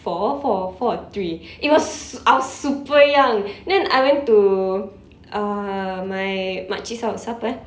four four four or three it was I was super young then I went to uh my makcik's house siapa eh